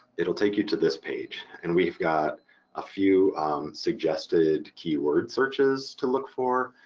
it'll take you to this page, and we've got a few suggested keyword searches to look for,